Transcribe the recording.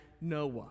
Noah